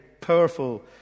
powerful